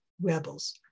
rebels